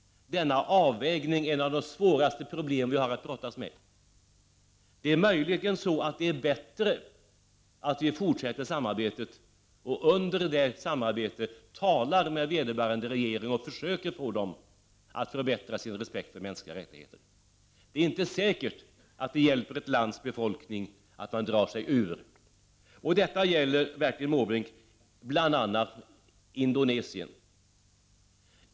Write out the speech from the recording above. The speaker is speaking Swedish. Denna avvägning är ett av de svåraste problem som vi har att brottas med. Möjligen är det bättre att vi fortsätter att samarbeta och att vi under detta samarbete talar med vederbörande regering och försöker få den att förbättra sin respekt för de mänskliga rättigheterna. Det är inte säkert att det hjälper ett lands befolkning att man drar sig ur. Detta gäller, Bertil Måbrink, bl.a. Indonesien.